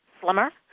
slimmer